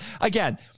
Again